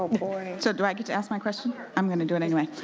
so do i get to ask my question? i'm gonna do it anyway.